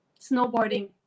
Snowboarding